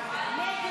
חוק הרבנות